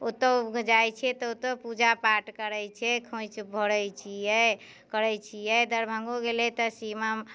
ओतौ जाइ छियै तऽ ओतौ पूजा पाठ करै छियै खोंइछ भरै छियै करै छियै दरभंगो गेल रहियै तऽ शिमा